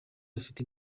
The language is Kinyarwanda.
bafite